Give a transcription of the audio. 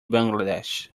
bangladesh